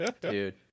dude